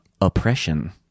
oppression